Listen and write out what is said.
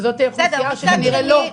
וזאת אוכלוסייה שכנראה לא.